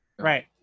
Right